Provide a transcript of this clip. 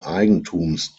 eigentums